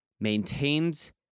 maintains